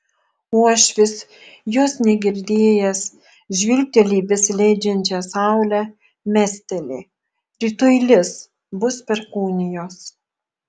uošvis jos negirdėjęs žvilgteli į besileidžiančią saulę mesteli rytoj lis bus perkūnijos